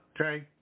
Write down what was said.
Okay